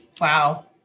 Wow